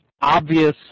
obvious